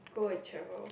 go and travel